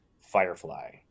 Firefly